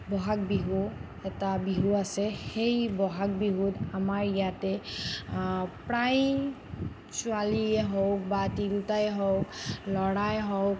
ব'হাগ বিহু এটা বিহু আছে সেই ব'হাগ বিহুত আমাৰ ইয়াতে প্ৰায় ছোৱালীয়ে হওঁক বা তিৰোতাই হওঁক ল'ৰাই হওঁক